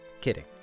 Kidding